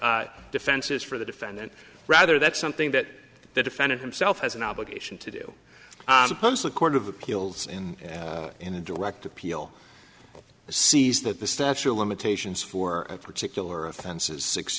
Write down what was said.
defenses for the defendant rather that's something that the defendant himself has an obligation to do the court of appeals in in a direct appeal sees that the statue of limitations for a particular offense is six